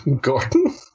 Gordon